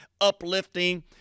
uplifting